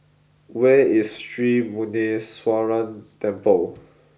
where is Sri Muneeswaran Temple